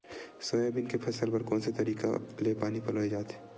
Soybean के फसल बर कोन से तरीका ले पानी पलोय जाथे?